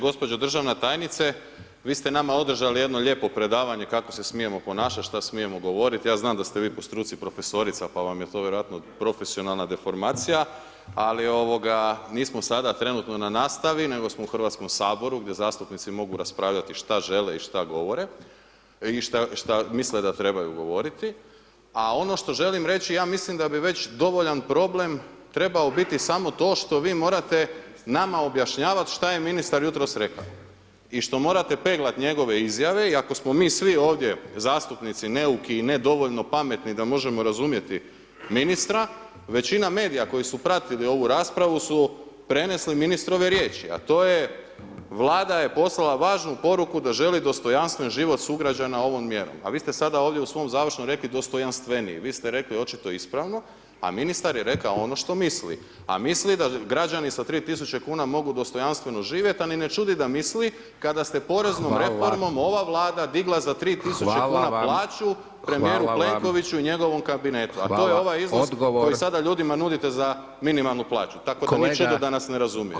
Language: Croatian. Gospođo državna tajnice vi ste nama održali jedno lijepo predavanje kako se smijemo ponašati, šta smijemo govoriti, ja znam da ste vi po struci profesorica, pa vam je to vjerojatno profesionalna deformacija, ali nismo sada trenutno na nastavi, nego smo u HS-u gdje zastupnici mogu raspravljati šta žele i šta govore i šta misle da trebaju govoriti, a ono što želim reći, ja mislim da bi već dovoljan problem trebao biti samo to što vi morate nama objašnjavati šta je ministar jutros rekao i što morate peglati njegove izjave i ako smo svi ovdje zastupnici neuki i nedovoljno pametni da možemo razumjeti ministra, većina medija koji su pratili ovu raspravu, su prenesli ministrove riječi, a to je Vlada je poslala važnu poruku da želi dostojanstven život sugrađana ovom mjerom, a vi ste sada ovdje u svom završnom rekli dostojanstveniji, vi ste rekli očito ispravno, a ministar je rekao ono što misli, a misli da građani sa 3.000,00 kn mogu dostojanstveno živjeti, a ni ne čudi što misli kada ste poreznom [[Upadica: Hvala]] reformom ova Vlada digla za [[Upadica: Hvala]] 3.000,00 kn plaću [[Upadica: Hvala vam]] premijeru Plenkoviću i njegovom kabinetu [[Upadica: Hvala, odgovor]] to je ovaj iznos koji sada ljudima nudite za minimalnu plaću [[Upadica: Kolega]] tako da ničeg do danas ne razumijete.